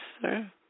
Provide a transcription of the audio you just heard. sir